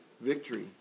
victory